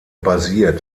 basiert